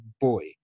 boy